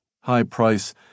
high-price